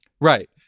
Right